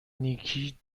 نیکی